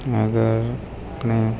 આગળ આપણે